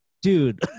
dude